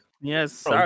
yes